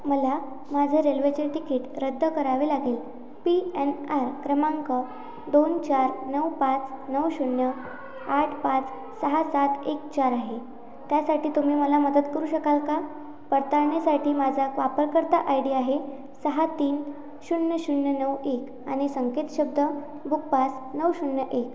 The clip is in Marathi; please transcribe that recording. मला माझ्या रेल्वेचे तिकीट रद्द करावे लागेल पी एन आर क्रमांक दोन चार नऊ पाच नऊ शून्य आठ पाच सहा सात एक चार आहे त्यासाठी तुम्ही मला मदत करू शकाल का पडताळणीसाठी माझा वापरकर्ता आय डी आहे सहा तीन शून्य शून्य नऊ एक आणि संकेत शब्द बुकपास नऊ शून्य एक